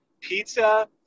Pizza